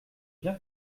bien